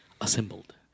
assembled